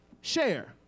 share